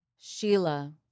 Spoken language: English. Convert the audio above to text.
Sheila